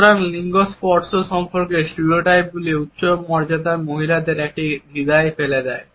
সুতরাং লিঙ্গ স্পর্শ সম্পর্কে স্টিরিওটাইপগুলি উচ্চ মর্যাদার মহিলাদের একটি দ্বিধায় ফেলে দেয়